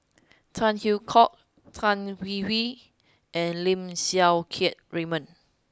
Tan Hwee Hock Tan Hwee Hwee and Lim Siang Keat Raymond